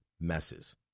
messes